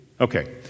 okay